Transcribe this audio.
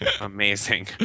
Amazing